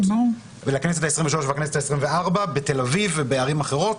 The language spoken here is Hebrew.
לכנסת ה-23 ולכנסת ה-24 בתל-אביב ובערים אחרות.